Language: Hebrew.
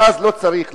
ואז לא צריך,